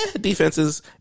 defenses